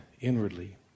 inwardly